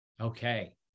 Okay